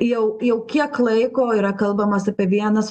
jau jau kiek laiko yra kalbamas apie vienas